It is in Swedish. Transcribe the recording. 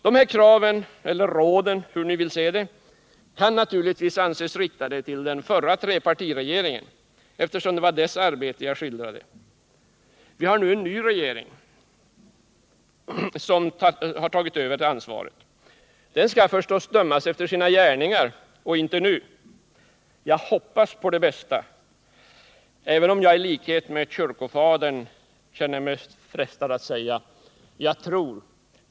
Dessa krav eller råd — hur ni vill se det — kan naturligtvis anses riktade till den förra trepartiregeringen eftersom det var dess arbete jag skildrade. Vi har | nu en ny regering, som tagit över ansvaret. Den skall förstås dömas efter sina gärningar och inte redan nu. Jag hoppas på det bästa, även om jag i likhet med kyrkofadern känner mig frestad att säga: Jag tror!